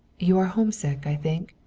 you are homesick, i think?